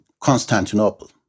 Constantinople